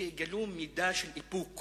שיגלו מידה של איפוק